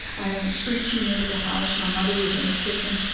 i went screeching into the house. my mother was in the kitchen,